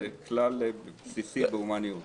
זה כלל בסיסי בהומניות.